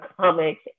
comics